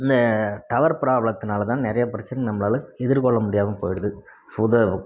இந்த டவர் ப்ராப்ளத்தினாலதான் நிறைய பிரச்சனை நம்பளால் எதிர்கொள்ளமுடியாமல் போய்டுது